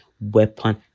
weapon